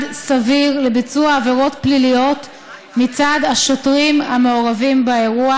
סביר לביצוע עבירות פליליות מצד השוטרים המעורבים באירוע.